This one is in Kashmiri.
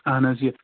اہن حظ یہِ